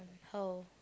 how